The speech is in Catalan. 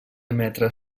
emetre